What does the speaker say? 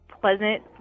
pleasant